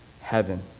heaven